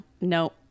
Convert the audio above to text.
no